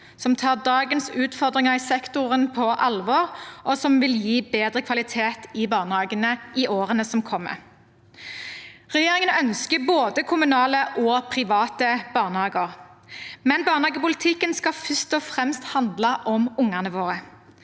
som tar dagens utfordringer i sektoren på alvor, og som vil gi bedre kvalitet i barnehagene i årene som kommer. Regjeringen ønsker både kommunale og private barnehager, men barnehagepolitikken skal først og fremst handle om ungene våre.